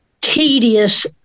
tedious